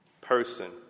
person